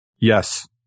Yes